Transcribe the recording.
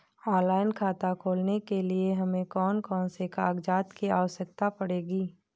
Online खाता खोलने के लिए हमें कौन कौन से कागजात की आवश्यकता पड़ेगी?